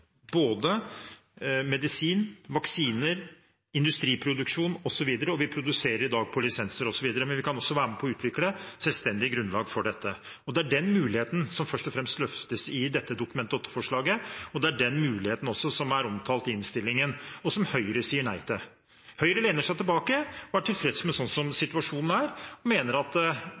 både medisin, vaksiner, industriproduksjon osv. Vi produserer i dag på lisenser osv., men vi kan også være med på å utvikle et selvstendig grunnlag for dette. Det er den muligheten som først og fremst løftes i dette Dokument 8-forslaget, og det er også den muligheten som er omtalt i innstillingen, og som Høyre sier nei til. Høyre lener seg tilbake og er tilfreds med situasjonen slik den er, og